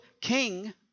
king